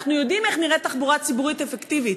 אנחנו יודעים איך נראית תחבורה ציבורית אפקטיבית.